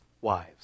wives